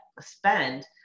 spend